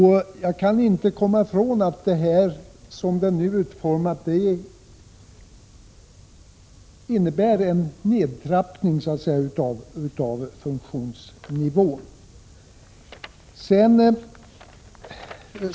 Jag kan inte komma ifrån att förslaget som det nu är utformat innebär en nedtrappning av funktionsnivån.